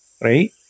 right